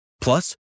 Plus